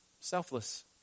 Selfless